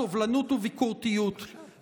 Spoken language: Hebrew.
סובלנות וביקורתיות.